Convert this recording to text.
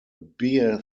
beer